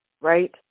right